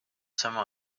sama